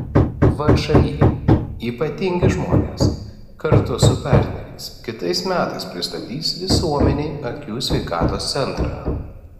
všį ypatingi žmonės kartu su partneriais kitais metais pristatys visuomenei akių sveikatos centrą